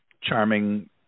charming